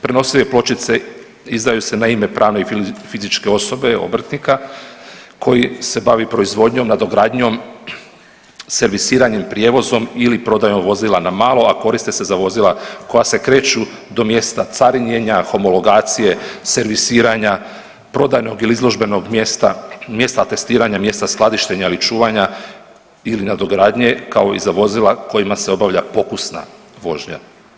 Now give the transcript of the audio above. Prenosive pločice izdaju se na ime pravne i fizičke osobe obrtnika koji se bavi proizvodnjom, nadogradnjom, servisiranjem, prijevozom ili prodajom vozila na malo, a koriste se za vozila koja se kreću do mjesta carinjenja, homologacije, servisiranja, prodajnog ili izložbenog mjesta, mjesta testiranja, mjesta skladištenja ili čuvanja ili nadogradnje kao i za vozila kojima se obavlja pokusna vožnja.